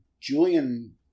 Julian